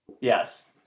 Yes